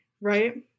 right